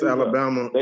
Alabama